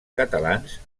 catalans